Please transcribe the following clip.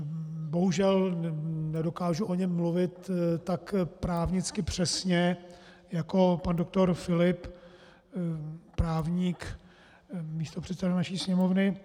Bohužel nedokážu o něm mluvit tak právnicky přesně jako pan doktor Filip, právník, místopředseda naší Sněmovny.